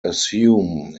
assume